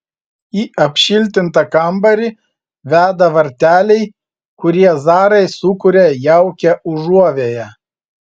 į apšiltintą kambarį veda varteliai kurie zarai sukuria jaukią užuovėją